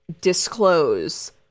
disclose